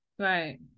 Right